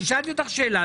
שאלתי שאלה.